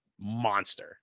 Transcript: monster